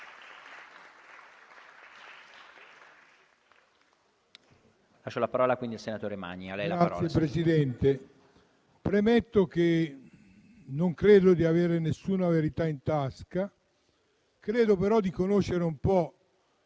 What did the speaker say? Signor Presidente, premetto che non credo di avere nessuna verità in tasca, ma credo di conoscere un po'